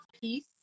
peace